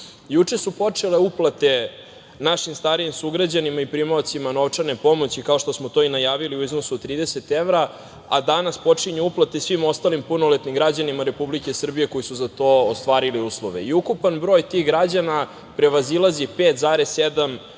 su počele uplate našim starijim sugrađanima i primaocima novčane pomoći, kao što smo to i najavili, u iznosu od 30 evra, a danas počinju uplate svim ostalim punoletnim građanima Republike Srbije koji su za to ostvarili uslove. Ukupan broj tih građana prevazilazi 5,7